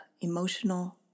emotional